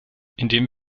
indem